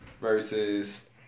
Versus